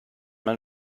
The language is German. man